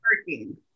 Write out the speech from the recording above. working